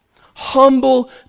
humble